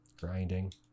grinding